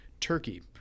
turkey